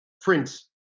Prince